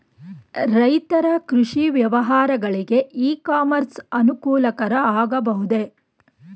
ರೈತರ ಕೃಷಿ ವ್ಯವಹಾರಗಳಿಗೆ ಇ ಕಾಮರ್ಸ್ ಅನುಕೂಲಕರ ಆಗಬಹುದೇ?